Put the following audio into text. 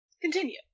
Continue